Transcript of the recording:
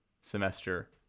semester